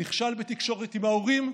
נכשל בתקשורת עם ההורים,